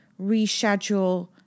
reschedule